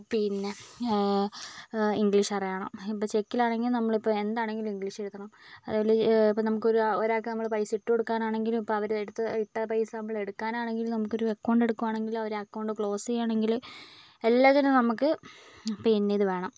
പിന്നെ ഇംഗ്ലീഷ് അറിയണം ഇപ്പം ചെക്കിലാണെങ്കിൽ നമ്മളിപ്പോൾ എന്താണെങ്കിലും ഇംഗ്ലീഷിലെഴുതണം അതേപോലെ ഇപ്പം നമുക്കൊരു ഒരാൾക്ക് നമ്മളിപ്പോൾ പൈസ ഇട്ടു കൊടുക്കാനാണെങ്കിലും ഇപ്പോൾ അവർ എടുത്ത ഇട്ട പൈസ നമ്മൾ എടുക്കാനാണെങ്കിലും നമുക്കൊരു അക്കൗണ്ട് എടുക്കുവാണെങ്കിലും ഒരു അക്കൗണ്ട് ക്ലോസ് ചെയ്യാണെങ്കിലും എല്ലാത്തിനും നമുക്ക് പിന്നെ ഇത് വേണം